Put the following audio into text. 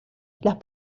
las